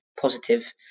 positive